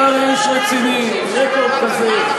אתה הרי איש רציני, עם רקורד כזה.